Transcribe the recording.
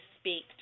speak